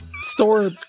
store